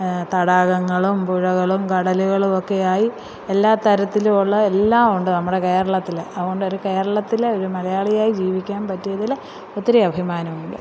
തടാകങ്ങളും പുഴകളും കടലുകളും ഒക്കെയായി എല്ലാ തരത്തിലും ഉള്ള എല്ലാം ഉണ്ട് നമ്മുടെ കേരളത്തിൽ അതുകൊണ്ടൊരു കേരളത്തിലെ ഒരു മലയാളിയായി ജീവിക്കാൻ പറ്റിയതിൽ ഒത്തിരി അഭിമാനമുണ്ട്